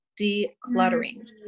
Decluttering